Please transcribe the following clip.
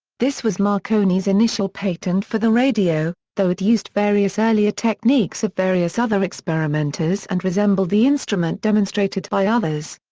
this was marconi's initial patent for the radio, though it used various earlier techniques of various other experimenters and resembled the instrument demonstrated by others.